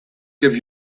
give